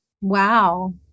Wow